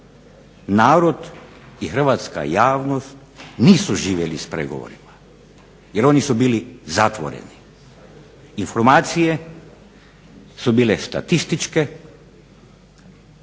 narod i hrvatska javnost nisu živjeli s pregovorima jer oni su bili zatvoreni. Informacije su bile statističke,